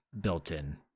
built-in